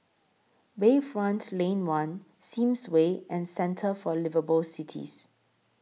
Bayfront Lane one Sims Way and Centre For Liveable Cities